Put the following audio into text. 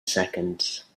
seconds